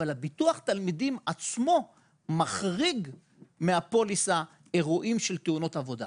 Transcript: אבל ביטוח התלמידים עצמו מחריג מהפוליסה אירועים של תאונות עבודה.